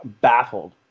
baffled